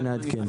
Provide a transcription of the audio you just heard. ונעדכן.